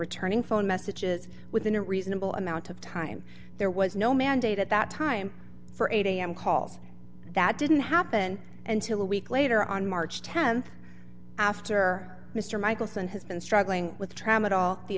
returning phone messages within a reasonable amount of time there was no mandate at that time for eight am calls that didn't happen until a week later on march th after mr michelson has been struggling with tramadol the